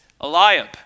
Eliab